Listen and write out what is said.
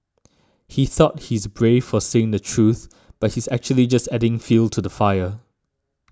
he thought he's brave for saying the truth but he's actually just adding fuel to the fire